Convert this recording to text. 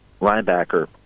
linebacker